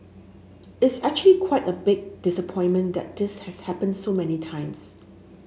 it's actually quite a big disappointment that this has happened so many times